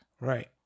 Right